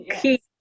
key